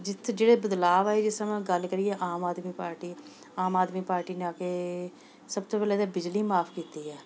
ਜਿੱਥੇ ਜਿਹੜੇ ਬਦਲਾਅ ਆਏ ਜਿਸ ਤਰ੍ਹਾਂ ਮੈਂ ਗੱਲ ਕਰੀਏ ਆਮ ਆਦਮੀ ਪਾਰਟੀ ਆਮ ਆਦਮੀ ਪਾਰਟੀ ਨੇ ਆ ਕੇ ਸਭ ਤੋਂ ਪਹਿਲਾਂ ਤਾਂ ਬਿਜਲੀ ਮਾਫ਼ ਕੀਤੀ ਹੈ